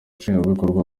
nshingwabikorwa